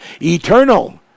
Eternal